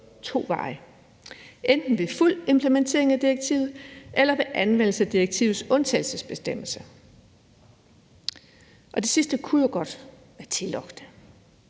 to veje, enten ved fuld implementering af direktivet eller ved anvendelse af direktivets undtagelsesbestemmelser. Det sidste kunne jo godt være tillokkende,